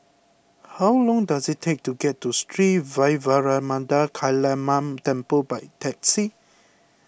how long does it take to get to Sri Vairavimada Kaliamman Temple by taxi